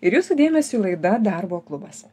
ir jūsų dėmesiui laida darbo klubas